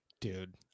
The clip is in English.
Dude